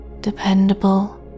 dependable